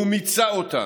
הוא מיצה אותן,